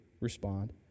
respond